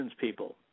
people